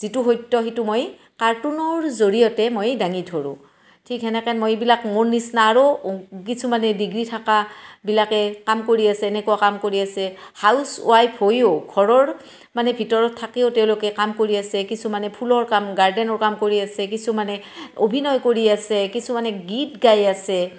যিটো সত্য সেইটো মই কাৰ্টুনৰ জৰিয়তে মই দাঙি ধৰোঁ ঠিক সেনেকৈ মই এইবিলাক মোৰ নিচিনা আৰু কিছুমানে ডিগ্ৰী থকাবিলাকে কাম কৰি আছে এনেকুৱা কাম কৰি আছে হাউছৱাইফ হৈও ঘৰৰ মানে ভিতৰত থাকিও তেওঁলোকে কাম কৰি আছে কিছুমানে ফুলৰ কাম গাৰ্ডেনৰ কাম কৰি আছে কিছুমানে অভিনয় কৰি আছে কিছুমানে গীত গাই আছে